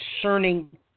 concerning